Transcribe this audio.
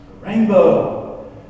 Rainbow